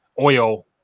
oil